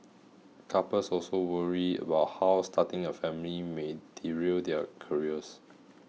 couples also worry about how starting a family may derail their careers